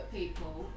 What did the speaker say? people